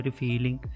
feeling